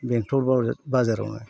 बेंथल बाजारावनो